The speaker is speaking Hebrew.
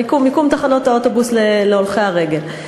התכוונתי למיקום תחנות האוטובוס להולכי הרגל.